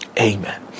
amen